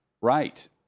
Right